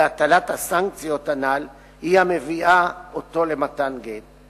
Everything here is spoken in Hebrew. בהטלת הסנקציות הנ"ל היא המביאה אותו למתן גט.